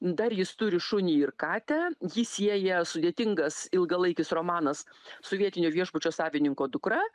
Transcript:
dar jis turi šunį ir katę jį sieja sudėtingas ilgalaikis romanas su vietinio viešbučio savininko dukra